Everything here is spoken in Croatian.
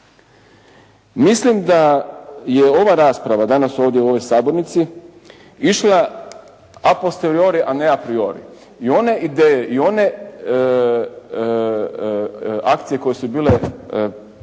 Mislim da je ova rasprava danas ovdje u ovoj sabornici išla aposteliori, a ne apriori. I one ideje i one akcije koje su bile